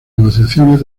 negociaciones